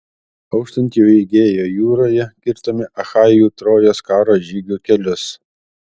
auštant jau egėjo jūroje kirtome achajų trojos karo žygių kelius